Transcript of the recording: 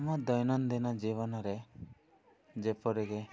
ଆମ ଦୈନନ୍ଦିନ ଜୀବନରେ ଯେପରିକି